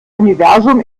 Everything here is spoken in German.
universum